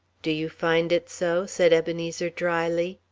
do you find it so? said ebenezer, dryly.